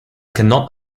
cannot